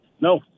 No